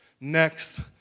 Next